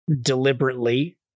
deliberately